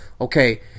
Okay